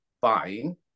buying